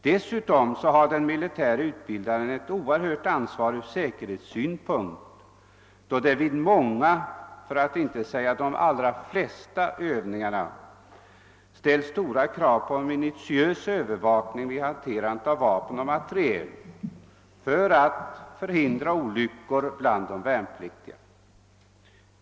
Dessutom har den militäre utbildaren ett oerhört stort ansvar ur säkerhetssynpunkt, då det vid många för att inte säga de allra flesta övningar krävs en minutiös övervakning vid hanterandet av vapen och materiel för att hindra olyckor bland de värnpliktiga.